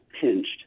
pinched